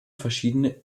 verschiedene